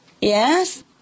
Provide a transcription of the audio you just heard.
yes